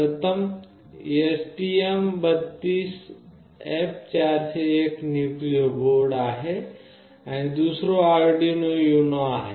प्रथम STM32F401 Nucleo board आहे आणि दुसरे एक आर्डिनो युनो आहे